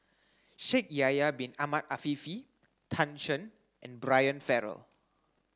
Shaikh Yahya bin Ahmed Afifi Tan Shen and Brian Farrell